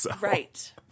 Right